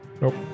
Nope